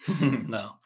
No